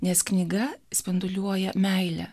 nes knyga spinduliuoja meile